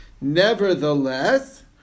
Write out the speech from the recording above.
Nevertheless